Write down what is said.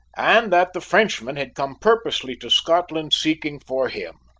and that the frenchman had come purposely to scotland seeking for him.